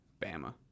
Bama